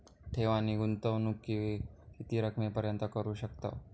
ठेव आणि गुंतवणूकी किती रकमेपर्यंत करू शकतव?